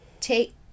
take